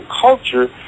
culture